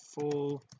full